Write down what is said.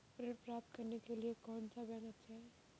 ऋण प्राप्त करने के लिए कौन सा बैंक अच्छा है?